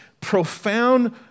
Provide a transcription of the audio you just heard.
profound